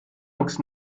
looks